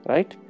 Right